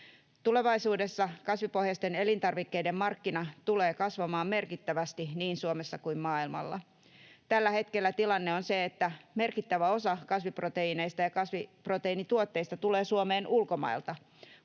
Tulevaisuudessa kasvipohjaisten elintarvikkeiden markkina tulee kasvamaan merkittävästi niin Suomessa kuin maailmalla. Tällä hetkellä tilanne on se, että merkittävä osa kasviproteiineista ja kasviproteiinituotteista tulee Suomeen ulkomailta.